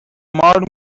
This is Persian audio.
مار